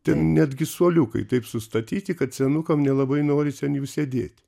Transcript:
ten netgi suoliukai taip sustatyti kad senukam nelabai noris ant jų sėdėt